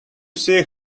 see